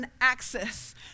access